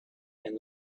and